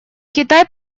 китай